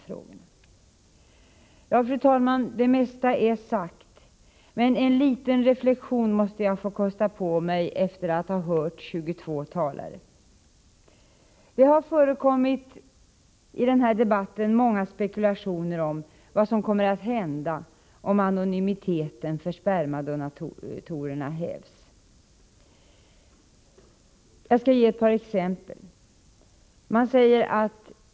Fru talman! Det mesta är redan sagt, men en liten reflexion måste jag få kosta på mig efter att ha hört 22 talare. Det har i denna debatt förekommit många spekulationer om vad som kommer att hända om anonymiteten för spermadonatorerna hävs. Jag skall ge ett par exempel.